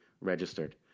registered